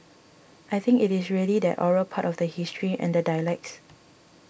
I think it is really that oral part of the history and the dialects